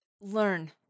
learn